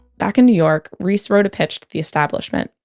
back in new york, reese wrote a pitch to the establishment,